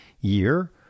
year